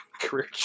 career